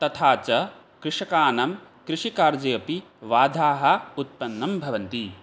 तथा च कृषकाणां कृषिकार्ये अपि बाधाः उत्पन्नं भवन्ति